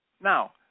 Now